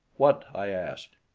what? i asked.